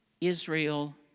Israel